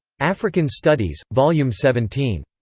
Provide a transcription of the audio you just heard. african studies, volume seventeen.